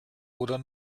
oder